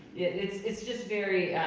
it's it's just very,